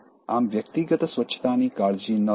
આમ વ્યક્તિગત સ્વચ્છતાની કાળજી ન લેવી